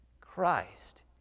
Christ